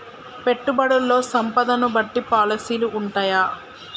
పెట్టుబడుల్లో సంపదను బట్టి పాలసీలు ఉంటయా?